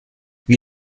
wie